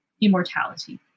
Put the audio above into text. immortality